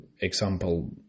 example